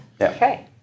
Okay